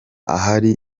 ahari